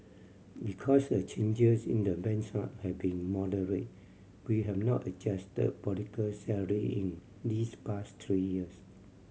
because the changes in the benchmark have been moderate we have not adjusted political salary in these past three years